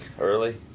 early